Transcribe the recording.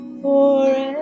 forever